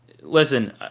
listen